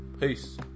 peace